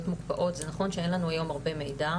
מוקפאות זה נכון שאין לנו היום הרבה מידע,